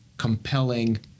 compelling